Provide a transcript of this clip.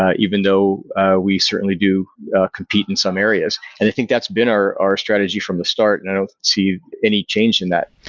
ah even though we certainly do compete in some areas. and i think that's been our our strategy from the start and i don't see any change in that.